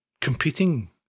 Competing